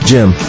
Jim